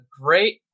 Great